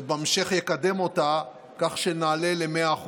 ובהמשך אקדם אותה, כך שנעלה ל-100%.